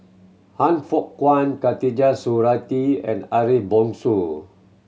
Han Fook Kwang Khatijah Surattee and Ariff Bongso